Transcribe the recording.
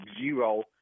zero